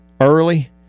early